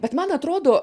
bet man atrodo